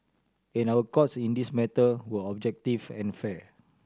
and our Courts in this matter were objective and fair